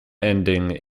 ending